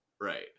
Right